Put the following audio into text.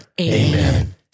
Amen